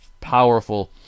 powerful